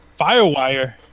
firewire